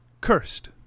Cursed